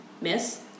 miss